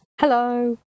Hello